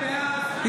בעד רון כץ,